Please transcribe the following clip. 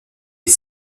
des